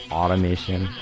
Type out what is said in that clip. automation